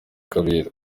kabera